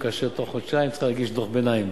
כאשר בתוך חודשיים היא צריכה להגיש דוח ביניים.